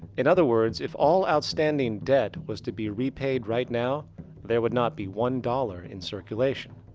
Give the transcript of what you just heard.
in other words, if all outstanding debt was to be repaid right now there would not be one dollar in circulation.